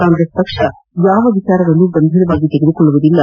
ಕಾಂಗ್ರೆಸ್ ಪಕ್ಷ ಯಾವ ವಿಚಾರವನ್ನೂ ಗಂಭೀರವಾಗಿ ತೆಗೆದುಕೊಳ್ಳುವುದಿಲ್ಲ